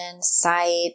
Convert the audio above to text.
sight